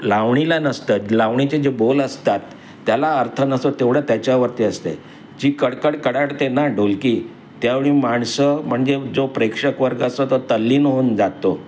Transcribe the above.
लावणीला नसतं लावणीचे जे बोल असतात त्याला अर्थ नसो तेवढ्या त्याच्यावरती असते जी कडकड कडाडते ना ढोलकी त्यावेळी माणसं म्हणजे जो प्रेक्षक वर्ग असतो तो तल्लीन होऊन जातो